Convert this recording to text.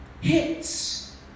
hits